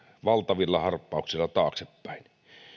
valtavilla harppauksilla taaksepäin